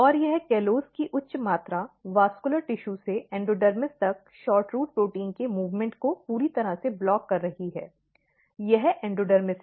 और यह कॉलोस की उच्च मात्रा संवहनी ऊतक से एंडोडर्मिस तक SHORTROOT प्रोटीन के मूवमेंट को पूरी तरह से ब्लॉक कर रही है यह एंडोडर्मिस है